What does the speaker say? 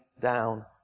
down